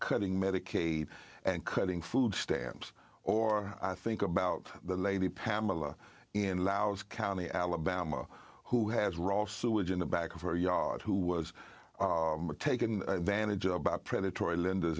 cutting medicaid and cutting food stamps or i think about the lady pamela in laos county alabama who has raw sewage in the back of her yard who was taken advantage of by predatory lenders